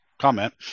comment